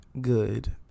Good